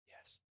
yes